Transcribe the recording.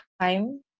time